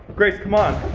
grace, come on.